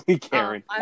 Karen